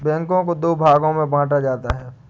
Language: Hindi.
बैंकों को दो भागों मे बांटा जाता है